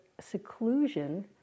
seclusion